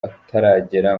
ataragera